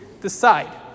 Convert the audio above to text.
decide